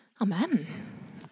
Amen